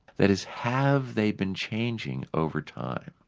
that is, have they been changing over time?